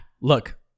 Look